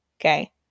okay